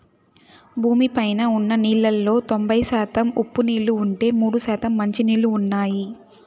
భూమి పైన ఉన్న నీళ్ళలో తొంబై శాతం ఉప్పు నీళ్ళు ఉంటే, మూడు శాతం మంచి నీళ్ళు ఉన్నాయి